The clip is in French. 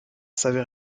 savait